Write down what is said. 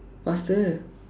faster